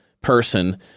person